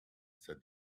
said